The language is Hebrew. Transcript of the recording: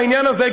בעניין הזה,